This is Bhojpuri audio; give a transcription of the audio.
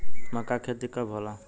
मक्का के खेती कब होला?